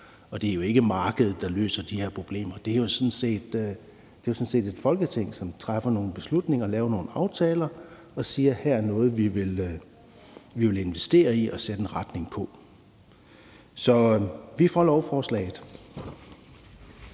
Og det er jo ikke markedet, der løser de her problemer. Det er sådan set et Folketing, som træffer nogle beslutninger og laver nogle aftaler og siger: Her er noget, vi vil investere i og sætte en retning for. Så vi er for lovforslaget.